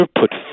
put